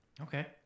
Okay